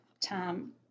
Tom